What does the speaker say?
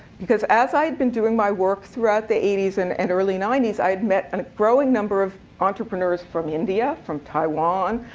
because as i had been doing my work throughout the eighty s and and early ninety s, i had met and a growing number of entrepreneurs from india, from taiwan,